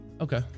Okay